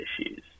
issues